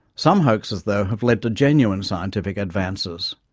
some hoaxes though have led to genuine scientific advances.